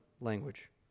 language